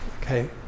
Okay